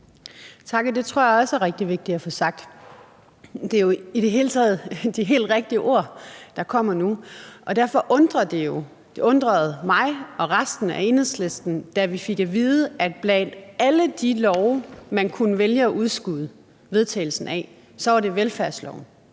Tak. Det tror jeg også er rigtig vigtigt at få sagt. Det er jo i det hele taget de helt rigtige ord, der kommer nu, og derfor undrede det jo mig og resten af Enhedslisten, da vi fik at vide, at blandt alle de love, man kunne vælge at udskyde vedtagelsen af, var det velfærdsloven,